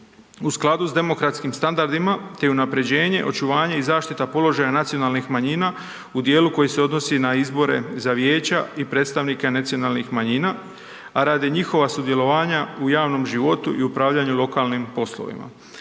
u skladu s demokratskim standardima te i unaprjeđenje, očuvanje i zaštita položaja nacionalnih manjina u dijelu koji se odnosi na izbore za vijeća i predstavnike nacionalnih manjina, a radi njihova sudjelovanja u javnom životu i upravljanju lokalnim poslovima.